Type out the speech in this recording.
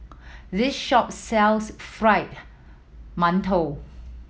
this shop sells Fried Mantou